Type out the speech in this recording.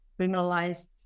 criminalized